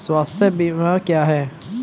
स्वास्थ्य बीमा क्या है?